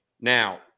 Now